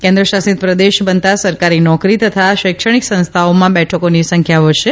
કેન્દ્ર શાસિત પ્રદેશ બનતા સરકારી નોકરી તથા શૈક્ષણિક સંસ્થાઓમાં બેઠકોની સંખ્યા વધશે